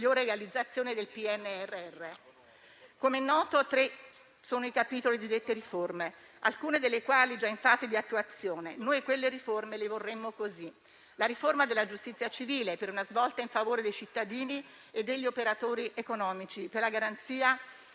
resilienza. Com'è noto, tre sono i capitoli di dette riforme, alcune delle quali già in fase di attuazione. Noi quelle riforme le vorremmo così. La riforma della giustizia civile, per una svolta in favore dei cittadini e degli operatori economici per la garanzia